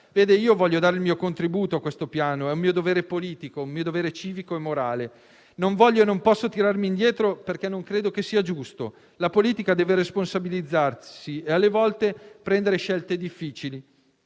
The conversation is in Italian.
Io vorrei dare il mio contributo a questo Piano. È un mio dovere politico, civico e morale. Non voglio e non posso tirarmi indietro, perché non credo sia giusto. La politica deve responsabilizzarsi e alle volte fare scelte difficili.